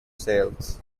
sales